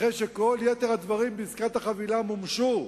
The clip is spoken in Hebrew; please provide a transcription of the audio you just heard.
אחרי שכל יתר הדברים בעסקת החבילה מומשו.